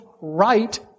right